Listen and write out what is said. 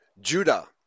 Judah